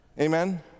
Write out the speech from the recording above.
amen